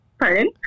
Pardon